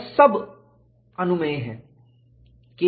वह सब अनुमेय परमिसिबल है